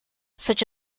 such